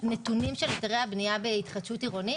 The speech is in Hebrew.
נתוני היתרי הבניה בהתחדשות עירונית,